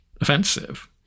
offensive